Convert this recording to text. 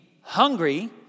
hungry